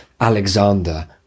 Alexander